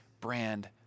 brand